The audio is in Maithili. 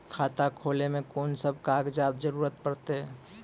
खाता खोलै मे कून सब कागजात जरूरत परतै?